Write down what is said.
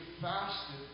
fasted